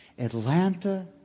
Atlanta